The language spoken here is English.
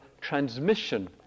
transmission